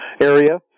area